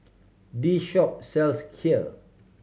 this shop sells Kheer